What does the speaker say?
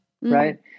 Right